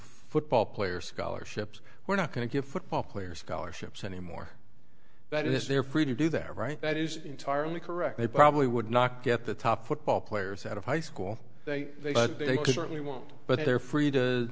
football players scholarships we're not going to give football players scholarships anymore but it is their free to do that right that is entirely correct they probably would not get the top football players out of high school but they could certainly want but they are free to